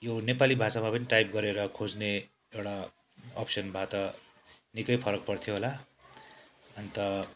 यो नेपाली भाषामा पनि टाइप गरेर खोज्ने एउटा अप्सन भए त निक्कै फरक पर्थ्यो होला अन्त